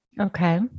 Okay